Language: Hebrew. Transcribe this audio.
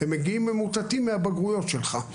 הם מגיעים ממוטטים מהבגרויות שלך.